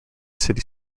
city